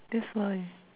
that's why